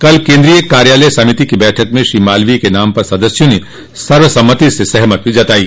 कल केन्द्रीय कार्यालय समिति की बैठक में श्री मालवीय के नाम पर सदस्यों ने सर्वसम्मति से सहमति जतायी